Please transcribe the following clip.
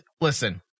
listen